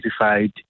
identified